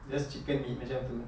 just chicken meat macam gitu